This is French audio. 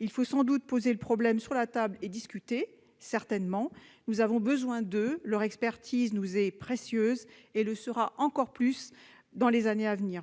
Il faut, sans doute, poser le problème sur la table et discuter avec eux. Nous avons besoin d'eux ! Leur expertise nous est précieuse et le sera encore plus dans les années à venir.